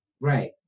Right